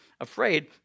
afraid